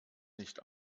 nicht